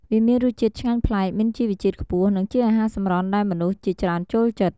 វាមានរសជាតិឆ្ងាញ់ប្លែក មានជីវជាតិខ្ពស់ និងជាអាហារសម្រន់ដែលមនុស្សជាច្រើនចូលចិត្ត។